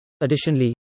Additionally